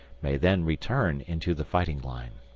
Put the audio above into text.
may then return into the fighting line.